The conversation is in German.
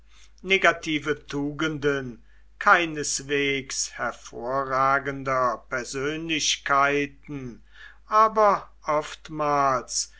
negative tugenden keineswegs hervorragender persönlichkeiten aber oftmals